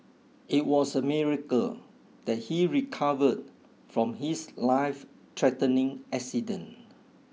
it was a miracle that he recovered from his life threatening accident